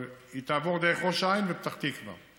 אבל היא תעבור דרך ראש העין ופתח תקווה.